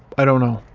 i don't know.